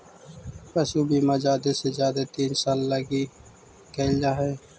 पशु बीमा जादे से जादे तीन साल लागी कयल जा हई